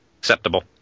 acceptable